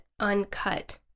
uncut